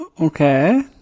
okay